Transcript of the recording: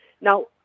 Now